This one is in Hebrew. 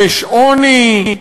יש עוני,